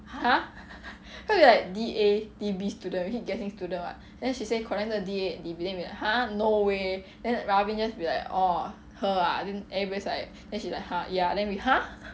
!huh! cause we like D_A D_B student we keep getting student [what] then she say collin not D_A D_B then we were like !huh! no way then ravin just be like orh her ah then everybody's like then she's like !huh! ya then we !huh!